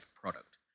product